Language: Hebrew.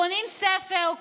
קונים ספר,